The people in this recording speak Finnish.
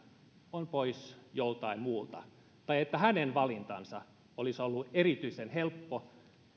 on pois joltain muulta tai että hänen valintansa olisi ollut erityisen helppo